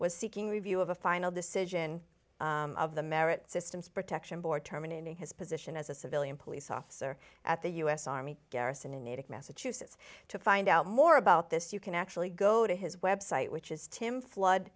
was seeking review of a final decision of the merit systems protection board terminating his position as a civilian police officer at the u s army garrison in natick massachusetts to find out more about this you can actually go to his website which is tim flood